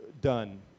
done